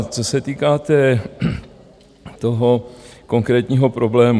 Co se týká toho konkrétního problému.